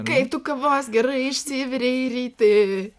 kai tu kavos gerai išsivirei ryti